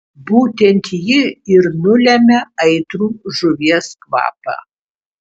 būtent ji ir nulemia aitrų žuvies kvapą